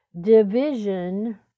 Division